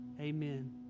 Amen